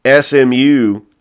SMU